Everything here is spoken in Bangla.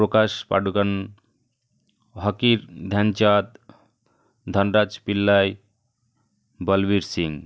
প্রকাশ পাডুকান হকির ধ্যানচাঁদ ধনরাজ পিল্লাই বলবীর সিং